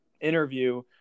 interview